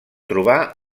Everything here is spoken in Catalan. trobar